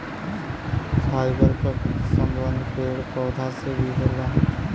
fibre क संबंध पेड़ पौधा से भी होला